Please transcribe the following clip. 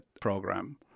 program